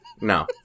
no